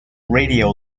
radio